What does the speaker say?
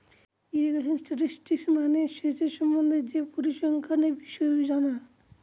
irrigation statistics মানে সেচের সম্বন্ধে যে পরিসংখ্যানের বিষয় জানা